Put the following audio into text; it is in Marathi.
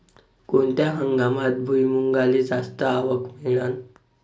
कोनत्या हंगामात भुईमुंगाले जास्त आवक मिळन?